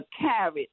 carrot